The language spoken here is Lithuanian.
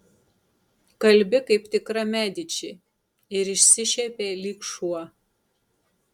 kalbi kaip tikra mediči ir išsišiepė lyg šuo